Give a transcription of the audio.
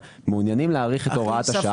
מעוניינים להאריך את הוראת השעה הזאת.